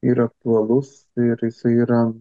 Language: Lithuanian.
yra aktualus ir jisai yra